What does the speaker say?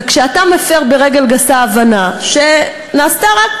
וכשאתה מפר ברגל גסה הבנה שנעשתה רק,